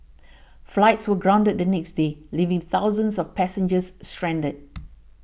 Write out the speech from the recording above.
flights were grounded the next day leaving thousands of passengers stranded